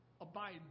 abide